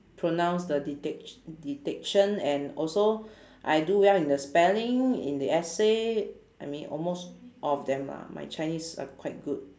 pronounce the dictatio~ dictation and also I do well in the spelling in the essay I mean almost all of them lah my chinese are quite good